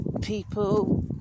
people